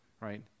right